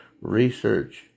Research